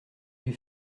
lui